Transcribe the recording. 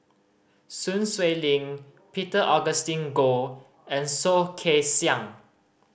Sun Xueling Peter Augustine Goh and Soh Kay Siang